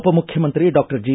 ಉಪಮುಖ್ಯಮಂತ್ರಿ doctor G